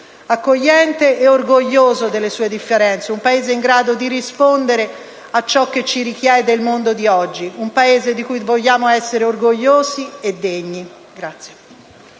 accogliente e orgoglioso delle sue differenze, un Paese in grado di rispondere a ciò che ci richiede il mondo di oggi, un Paese di cui vogliamo essere orgogliosi e degni.